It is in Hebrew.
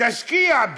תשקיע בי,